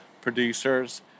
producers